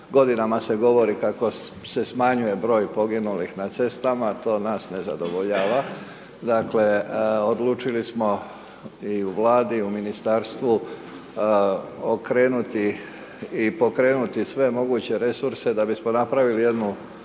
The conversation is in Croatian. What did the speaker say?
godinama se govori kako se smanjuje broj poginulih na cestama, to nas ne zadovoljava. Dakle, odlučili smo i u vladi i u ministarstvu, okrenuti i pokrenuti sve moguće resurse, da bismo napravili jednu